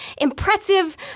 impressive